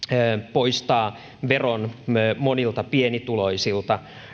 poistaa veron monilta pienituloisilta